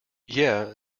yea